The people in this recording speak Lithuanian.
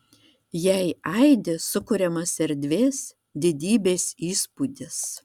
jei aidi sukuriamas erdvės didybės įspūdis